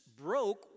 broke